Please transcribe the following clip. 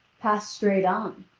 passed straight on,